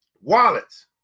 wallets